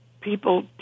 people